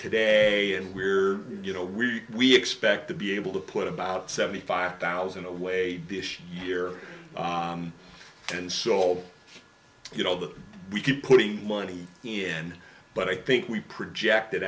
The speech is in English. today and we're you know we we expect to be able to put about seventy five thousand away this year and sold it although we keep putting money in but i think we projected